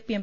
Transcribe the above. P M